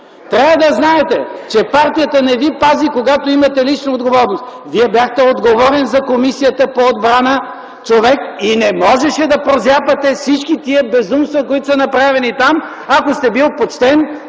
Трябва да знаете, че партията едни пази, когато имате лична отговорност. Вие бяхте отговорен за Комисията по отбрана човек и не можеше да прозяпате всички тези безумства, които са направени там, ако сте бил почтен